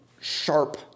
sharp